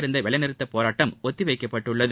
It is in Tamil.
இருந்த வேலைநிறுத்தப் போராட்டம் ஒத்திவைக்கப்பட்டுள்ளது